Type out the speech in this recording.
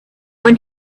when